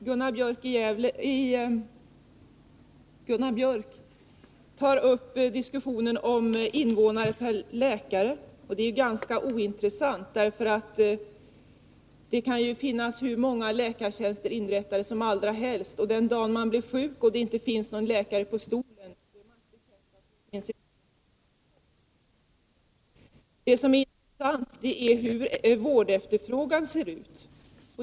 Herr talman! Gunnar Biörck i Värmdö tar upp diskussionen om antalet invånare per läkare. Den är ganska ointressant. Det kan finnas hur många läkartjänster som helst inrättade, men den dag man blir sjuk och det inte finns någon läkare på stolen, är man inte betjänt av att det finns en inrättad tjänst där. Det som är intressant är hur vårdefterfrågan ser ut.